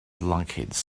lunkheads